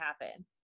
happen